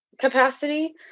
capacity